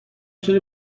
چرا